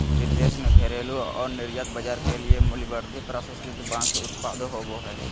देश में घरेलू और निर्यात बाजार के लिए मूल्यवर्धित प्रसंस्कृत बांस उत्पाद होबो हइ